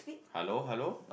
hello hello